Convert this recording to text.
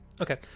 Okay